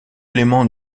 éléments